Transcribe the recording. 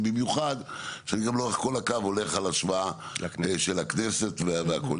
במיוחד שאני גם לאורך כל הקו הולך על השוואה של הכנסת והכל.